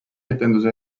etenduse